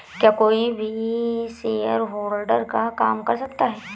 क्या कोई भी शेयरहोल्डर का काम कर सकता है?